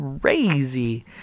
crazy